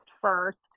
first